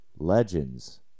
Legends